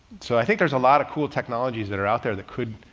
so i think there's a lot of cool technologies that are out there that could,